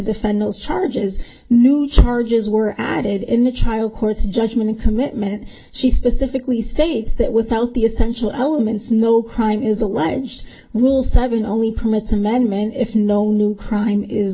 defend those charges new charges were added in the trial court's judgment in commitment she specifically states that without the essential elements no crime is alleged will serving only permits amendment if no new crime is